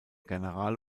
general